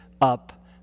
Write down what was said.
up